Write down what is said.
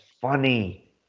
funny